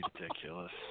ridiculous